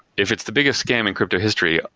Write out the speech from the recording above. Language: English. if it's the biggest scam in crypto history,